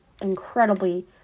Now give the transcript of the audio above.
incredibly